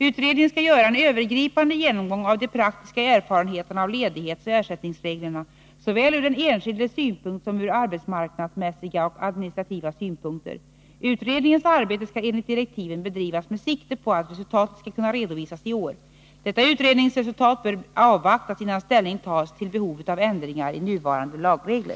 Utredningen skall göra en övergripande genomgång av de praktiska erfarenheterna av ledighetsoch ersättningsreglerna såväl ur den enskildes synpunkt som ur arbetsmarknadsmässiga och administrativa synpunkter. Utredningens arbete skall enligt direktiven bedrivas med sikte på att resultatet skall kunna redovisas i år. Detta utredningsresultat bör avvaktas innan ställning tas till behovet av ändringar i nuvarande lagregler.